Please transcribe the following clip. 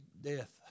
death